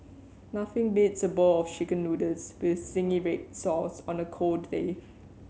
nothing beats a bowl of Chicken Noodles with zingy red sauce on a cold day